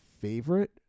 favorite